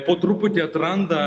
po truputį atranda